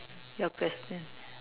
your question